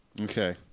Okay